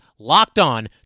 LOCKEDON